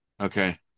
Okay